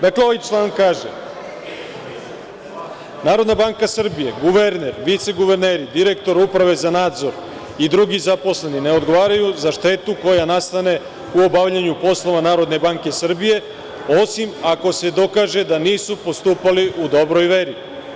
Dakle, ovaj član kaže – Narodna banka Srbije, guverner, viceguverneri, direktor Uprave za nadzor i drugi zaposleni ne odgovaraju za štetu koja nastane u obavljanju poslova Narodne banke Srbije, osim ako se dokaže da nisu postupali u dobroj meri.